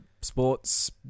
sports